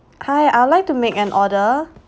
hi I would like to make an order